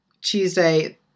Tuesday